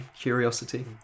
curiosity